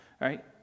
right